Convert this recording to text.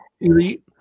elite